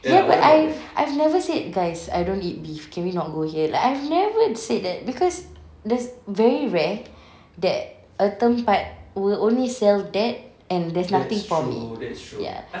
ya but I've I've never said guys I don't eat beef can we not go here like I've never said that because that's very rare that a tempat will only sell that and there's nothing for me ya